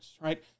right